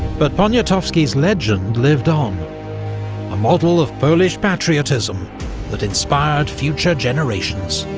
but poniatowski's legend lived on a model of polish patriotism that inspired future generations.